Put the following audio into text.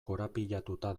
korapilatuta